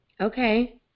Okay